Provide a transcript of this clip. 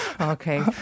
Okay